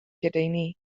lledaenu